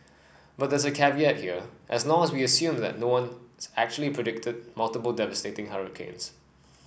but there's a caveat here as long as we assume that no one actually predicted multiple devastating hurricanes